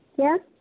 क्या